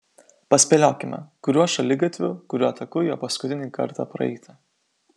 paspėliokime kuriuo šaligatviu kuriuo taku jo paskutinį kartą praeita